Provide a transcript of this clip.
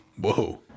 Whoa